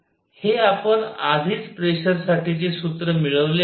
हे आपण आधीच प्रेशर साठीचे सूत्र मिळवले आहे